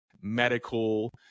medical